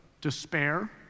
despair